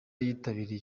yitabiriye